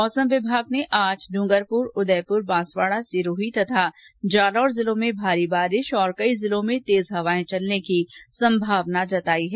मौसम विमाग ने आज इंगरपुर उदयपुर बांसवाडा सिरोही तथा जालौर जिलों में भारी बारिश तथा कई जिलों में तेज हवाए चलने की संभावना जताई है